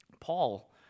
Paul